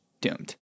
doomed